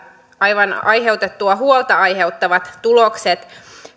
aivan aiheutettua huolta aiheuttavat tulokset